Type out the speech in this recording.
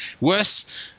worse